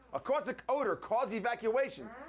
a caustic odor caused evacuation.